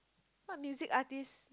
what music artists